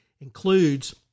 includes